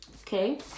Okay